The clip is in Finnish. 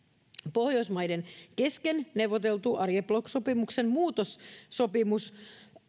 pohjoismaiden kesken neuvoteltu arjeplog sopimuksen muutossopimus